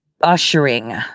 ushering